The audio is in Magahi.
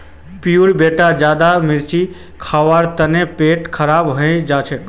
पीहू बेटा ज्यादा मिर्च खाबो ते पेट खराब हों जाबे